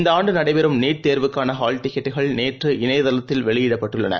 இந்தஆண்டுநடைபெறும் NEET தேர்வுக்கானஹால் டிக்கெட்டுகள் இணையதளத்தில் நேற்று வெளியிடப்பட்டுள்ளன